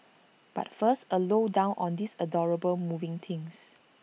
but first A low down on these adorable moving things